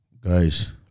guys